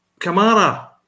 Kamara